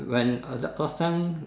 when uh the first time